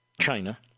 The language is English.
China